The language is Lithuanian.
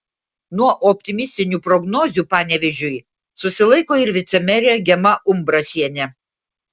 nuo optimistinių prognozių panevėžiui susilaiko ir vicemerė gema umbrasienė